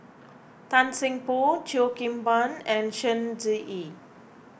Tan Seng Poh Cheo Kim Ban and Shen